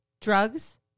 drugs